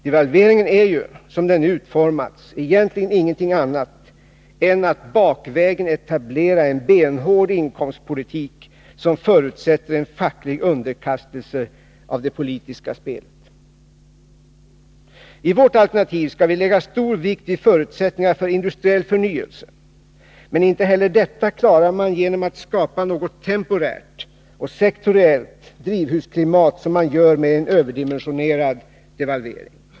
Devalveringen är ju, som den nu har utformats, egentligen ingenting annat än att bakvägen etablera en benhård inkomstpolitik som förutsätter en facklig underkastelse av det politiska spelet. I vårt alternativ skall vi lägga stor vikt vid förutsättningarna för industriell förnyelse. Men inte heller detta klarar man genom att skapa något temporärt och sektoriellt drivhusklimat som man gör med en överdimensionerad devalvering.